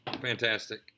Fantastic